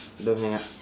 don't hang up